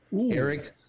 Eric